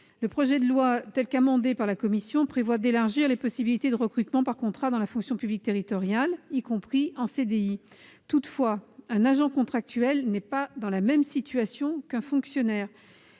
Le projet de loi, tel qu'amendé par la commission, prévoit d'élargir les possibilités de recrutement par contrat dans la fonction publique territoriale, y compris en CDI. Toutefois, un agent contractuel n'est pas dans la même situation qu'un fonctionnaire.